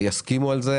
יסכימו על זה